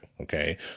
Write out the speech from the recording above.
Okay